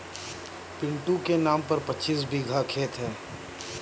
पिंटू के नाम पर पच्चीस बीघा खेत है